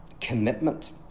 commitment